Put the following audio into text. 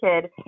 kid